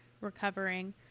recovering